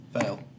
Fail